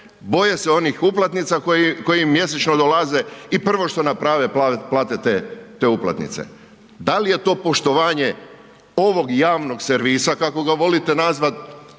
boje se onih uplatnica koje im mjesečno dolaze i prvo što naprave plate te uplatnice. Da li je to poštovanje ovog javnog servisa kako ga volite nazvat